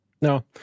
No